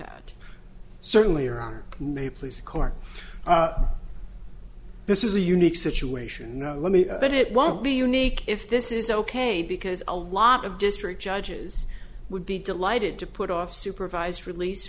that certainly or on may please court this is a unique situation no let me but it won't be unique if this is ok because a lot of district judges would be delighted to put off supervised release